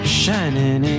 shining